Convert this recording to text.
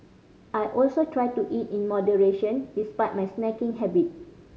I also try to eat in moderation despite my snacking habit